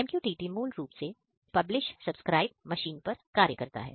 MQTT मूल रूप से publish subscribe मशीन पर कार्य करता है